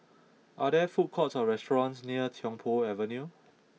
are there food courts or restaurants near Tiong Poh Avenue